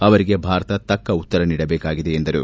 ಅವರಿಗೆ ಭಾರತ ತಕ್ಕ ಉತ್ತರ ನೀಡಬೇಕಿದೆ ಎಂದರು